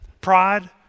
pride